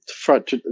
front